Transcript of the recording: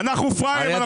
אנחנו פראיירים,